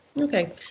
Okay